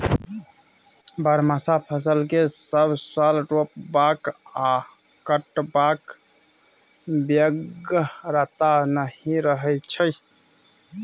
बरहमासा फसल केँ सब साल रोपबाक आ कटबाक बेगरता नहि रहै छै